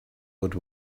would